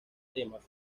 temas